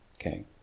Okay